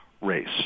race